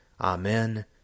Amen